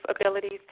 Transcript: abilities